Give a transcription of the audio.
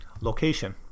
location